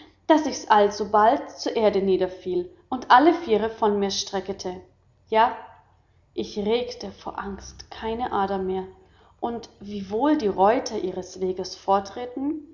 daß ich alsobald zur erde niederfiel und alle viere von mir streckete ja ich regete vor angst keine ader mehr und wiewohl die reuter ihres wegs fortritten